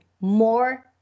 more